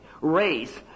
Race